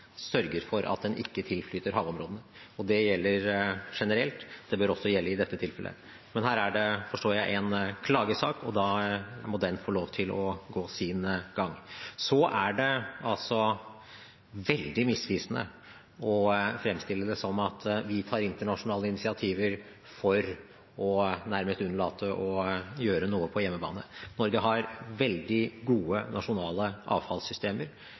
sørger for at den ikke tilflyter havområdene. Det gjelder generelt. Det bør også gjelde i dette tilfellet, men her er det, forstår jeg, en klagesak, og da må den få lov til å gå sin gang. Det er altså veldig misvisende å fremstille det som at vi tar internasjonale initiativer nærmest for å unnlate å gjøre noe på hjemmebane. Norge har veldig gode nasjonale avfallssystemer.